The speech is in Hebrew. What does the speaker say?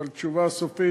אבל תשובה סופית,